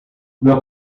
meu